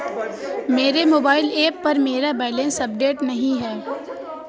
मेरे mobile app पर मेरा बैलेंस अपडेट नहीं है